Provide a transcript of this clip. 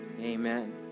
Amen